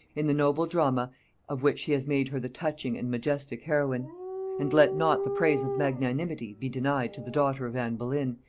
in the noble drama of which he has made her the touching and majestic heroine and let not the praise of magnanimity be denied to the daughter of anne boleyn,